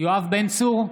יואב בן צור,